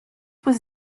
was